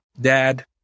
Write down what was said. dad